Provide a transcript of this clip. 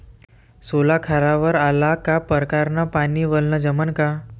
सोला खारावर आला का परकारं न पानी वलनं जमन का?